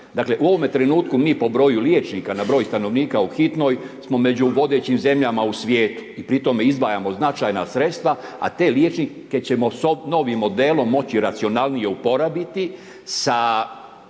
Dakle, u ovome trenutku mi po broju liječnika na broj stanovnika u hitnoj smo među vodećim zemljama u svijetu i pri tome izdvajamo značajna sredstva, a te liječnike ćemo s novim modelom moći racionalnije uporabiti sa,